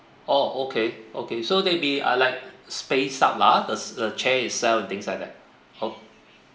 orh okay okay so there'll be ah like space up lah the s~ the chair itself things like that [ho]